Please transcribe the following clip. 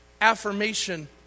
affirmation